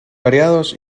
variados